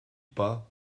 p’pa